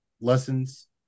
lessons